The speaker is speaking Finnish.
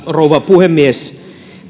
rouva puhemies